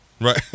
Right